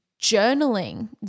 journaling